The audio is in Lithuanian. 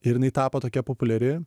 ir jinai tapo tokia populiari